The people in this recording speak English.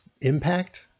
impact